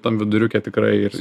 tam viduriuke tikrai ir